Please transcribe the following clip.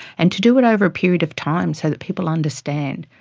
and to do it over a period of time so that people understand.